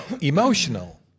emotional